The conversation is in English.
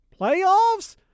playoffs